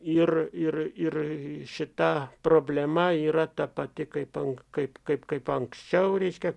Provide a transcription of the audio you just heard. ir ir ir šita problema yra ta pati kaip ant kaip kaip kaip anksčiau reiškia